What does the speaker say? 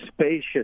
spacious